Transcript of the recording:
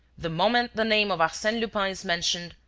the moment the name of arsene lupin is mentioned,